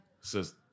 says